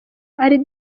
ari